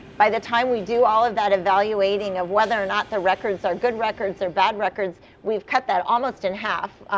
by the time we do all of that evaluating of whether or not the records are good records or bad records, we've cut that almost in half.